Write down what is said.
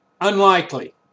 Unlikely